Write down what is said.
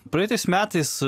praeitais metais